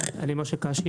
אני משה קאשי,